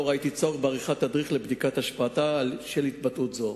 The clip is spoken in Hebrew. לא ראיתי צורך בעריכת תדריך לבדיקת השפעתה של התבטאות זו.